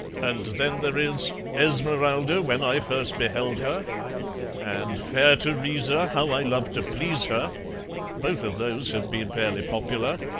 and then there is esmeralda, when i first beheld her and fair teresa, how i love to please her both of those have been fairly popular.